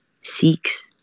seeks